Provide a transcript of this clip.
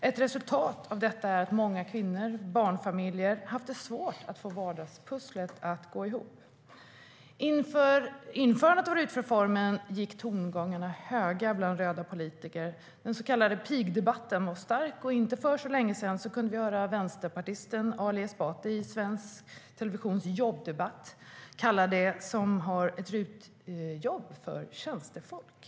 Ett resultat av detta är att många kvinnor, många barnfamiljer, haft det svårt att få vardagspusslet att gå ihop. Inför införandet av RUT-reformen gick vågorna höga bland röda politiker i den så kallade pigdebatten, och för inte så länge sedan kunde vi höra vänsterpartisten Ali Esbati i Sveriges Televisions jobbdebatt kalla dem som har ett RUT-jobb för tjänstefolk.